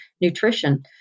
nutrition